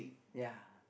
ya